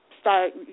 start